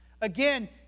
again